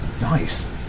Nice